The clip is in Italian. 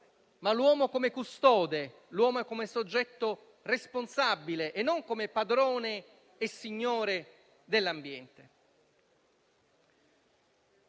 l'uomo, ma come custode e come soggetto responsabile e non come padrone e signore dell'ambiente.